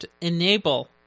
Enable